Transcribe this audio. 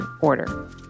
order